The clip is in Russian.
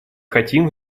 хотим